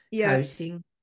coating